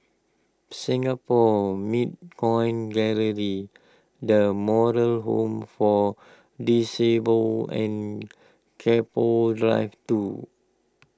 Singapore Mint Coin Gallery the Moral Home for Disabled and Keppel Drive two